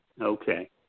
Okay